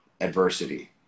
adversity